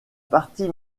partie